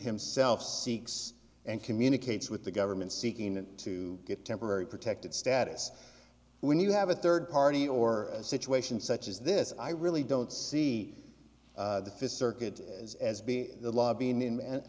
himself seeks and communicates with the government seeking to get temporary protected status when you have a third party or a situation such as this i really don't see the fifth circuit as as being the lobbying him an